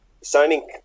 signing